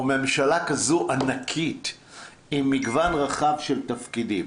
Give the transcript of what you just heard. או ממשלה כזו ענקית עם מגוון רחב של תפקידים.